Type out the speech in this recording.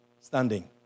standing